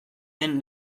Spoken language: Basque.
den